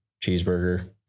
cheeseburger